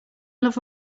love